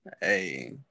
Hey